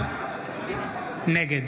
נגד